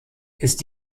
ist